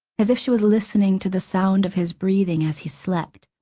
as if she was listening to the sound of his breathing as he slept.